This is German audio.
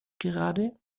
gerade